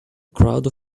crowd